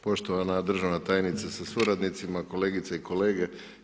Poštovana državna tajnice sa suradnicima, kolegice i kolege.